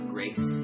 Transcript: Grace